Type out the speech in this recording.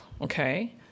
okay